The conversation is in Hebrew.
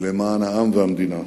למען העם והמדינה.